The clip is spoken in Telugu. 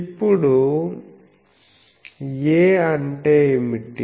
ఇప్పుడు A అంటే ఏమిటి